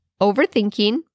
overthinking